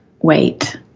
wait